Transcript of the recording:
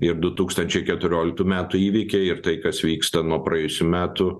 ir du tūkstančiai keturioliktų metų įvykiai ir tai kas vyksta nuo praėjusių metų